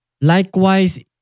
Likewise